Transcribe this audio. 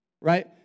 right